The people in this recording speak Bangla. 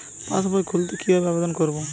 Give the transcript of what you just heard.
পাসবই খুলতে কি ভাবে আবেদন করব?